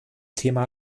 thema